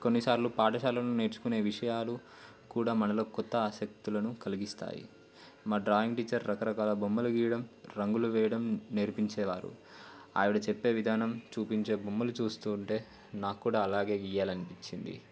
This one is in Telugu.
కొన్నిసార్లు పాఠశాలను నేర్చుకునే విషయాలు కూడా మనలో క్రొత్త ఆసక్తులను కలిగిస్తాయి మా డ్రాయింగ్ టీచర్ రకరకాల బొమ్మలు గీయడం రంగులు వేయడం నేర్పించేవారు ఆవిడ చెప్పే విధానం చూపించే బొమ్మలు చూస్తూ ఉంటే నాకు కూడా అలాగే గీయాలి అనిపించింది